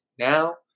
Now